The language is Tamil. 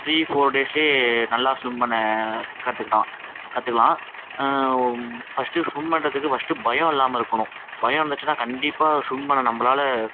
த்ரீ ஃபோர் டேஸ்லியே நல்லா ஸ்விம் பண்ண கற்றுக்கிட்டான் கற்றுக்கலாம் ஃபர்ஸ்ட்டு ஸ்விம் பண்ணுறதுக்கு ஃபர்ஸ்ட்டு பயம் இல்லாமல் இருக்கணும் பயம் இருந்துச்சுனா கண்டிப்பாக ஸ்விம் பண்ண நம்பளால்